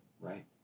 Right